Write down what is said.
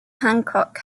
hancock